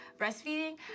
breastfeeding